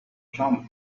jumped